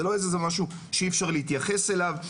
זה לא איזה משהו שאי אפשר להתייחס אליו.